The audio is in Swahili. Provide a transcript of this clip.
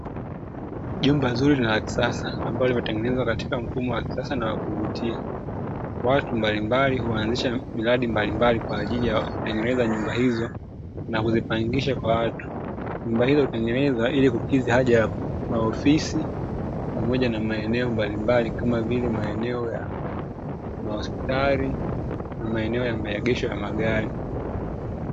Jumba zuri na la kisasa, ambalo limetengenezwa katika mfumo wa kisasa na wa kuvutia, watu mbalimbali huanzisha miradi mbalimbali kwa ajili ya kutengeneza nyumba hizo, na huzipangisha kwa watu. Nyumba hizo zimetengenezwa ili kukidhi haja ya maofisi pamoja na maeneo mbalimbali, kama vile; maeneo ya mahospitali na maeneo ya maegesho ya magari.